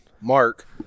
Mark